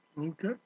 Okay